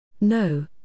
No